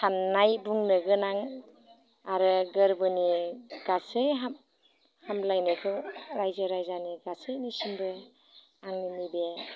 साननाय बुंनो गोनां आरो गोरबोनि गासै हामब्लायनायखौ रायजो राजानि गासैनिसिमबो आंनि बे